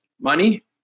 money